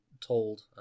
told